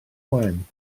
wen